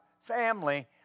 Family